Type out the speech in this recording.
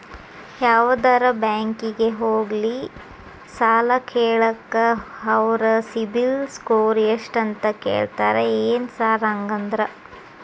ಯಾವದರಾ ಬ್ಯಾಂಕಿಗೆ ಹೋಗ್ಲಿ ಸಾಲ ಕೇಳಾಕ ಅವ್ರ್ ಸಿಬಿಲ್ ಸ್ಕೋರ್ ಎಷ್ಟ ಅಂತಾ ಕೇಳ್ತಾರ ಏನ್ ಸಾರ್ ಹಂಗಂದ್ರ?